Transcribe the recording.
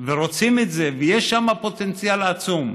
רוצים את זה, ויש שם פוטנציאל עצום.